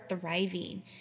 thriving